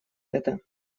это